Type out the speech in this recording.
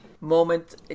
moment